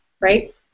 right